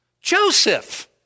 Joseph